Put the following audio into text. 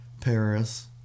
Paris